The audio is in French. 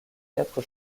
quatre